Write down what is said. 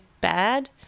bad